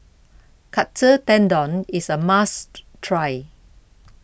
Katsu Tendon is a must try